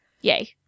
Yay